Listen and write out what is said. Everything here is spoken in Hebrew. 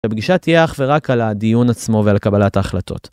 הפגישה תהיה אך ורק על הדיון עצמו ועל קבלת ההחלטות.